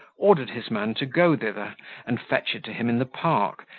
ordered his man to go thither and fetch it to him in the park,